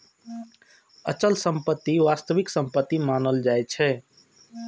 अचल संपत्ति वास्तविक संपत्ति मानल जाइ छै